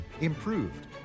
improved